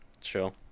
Sure